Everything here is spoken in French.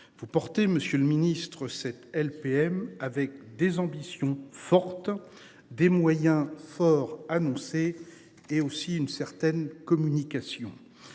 Vous portez, Monsieur le Ministre cette LPM avec des ambitions fortes des moyens forts annoncés et aussi une certaine communication.